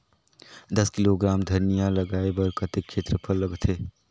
दस किलोग्राम धनिया लगाय बर कतेक क्षेत्रफल लगथे?